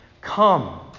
Come